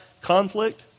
conflict